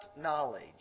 knowledge